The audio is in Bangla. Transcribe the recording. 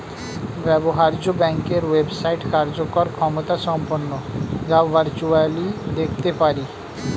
ব্যবহার্য ব্যাংকের ওয়েবসাইট কার্যকর ক্ষমতাসম্পন্ন যা ভার্চুয়ালি দেখতে পারি